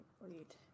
wait